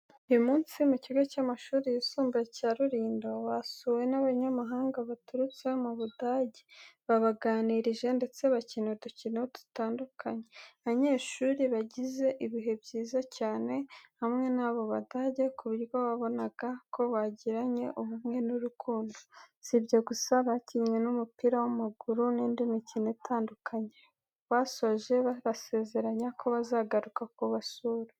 Uyu munsi mu kigo cy’amashuri yisumbuye cya Rulindo, basuwe n’abanyamahanga baturutse mu Budage. Babaganirije, ndetse banakina udukino dutandukanye. Abanyeshuri bagize ibihe byiza cyane hamwe n’abo Badage, ku buryo wabonaga ko bagiranye ubumwe n’urukundo. Si ibyo gusa, bakinnye n’umupira w’amaguru n’indi mikino itandukanye. Basoje babasezeranya ko bazagaruka kubasura.